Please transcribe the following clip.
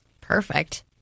Perfect